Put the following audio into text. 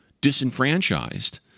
disenfranchised